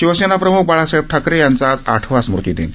शिवसेनाप्रम्ख बाळासाहेब ठाकरे यांचा आज आठवा स्मृतीदिन